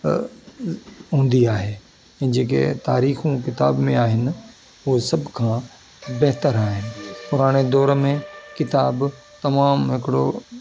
हूंदी आहे ऐं जेके तारीखू किताब में आहिनि हो सभु खां बहितरु आहिनि पुराणे दौरु में किताब तमामु हिकिड़ो